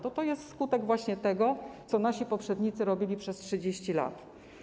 To jest skutek właśnie tego, co nasi poprzednicy robili przez 30 lat.